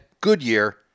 Goodyear